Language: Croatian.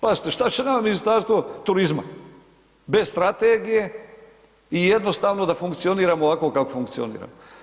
Pazite šta će nama Ministarstvo turizma bez strategije i jednostavno da funkcioniramo ovako kako funkcioniramo.